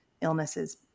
illnesses